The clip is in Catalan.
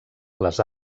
les